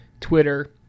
twitter